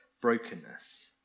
brokenness